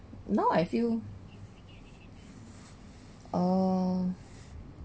now I feel uh